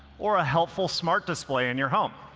or a helpful smart display in your home.